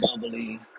bubbly